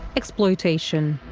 exploitation.